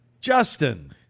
Justin